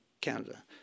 Canada